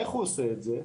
איך הוא עושה את זה?